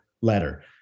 letter